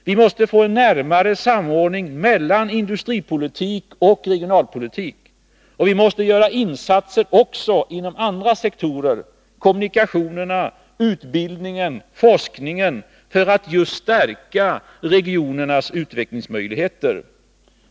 Vi måste få en närmare samordning mellan industripolitik och regionalpolitik, och vi måste göra insatser också inom andra sektorer — kommunikationerna, utbildningen, forskningen — för att stärka regionernas utvecklingsmöjligheter.